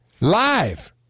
live